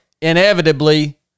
inevitably